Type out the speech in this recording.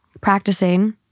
practicing